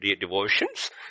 devotions